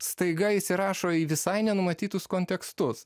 staiga įsirašo į visai nenumatytus kontekstus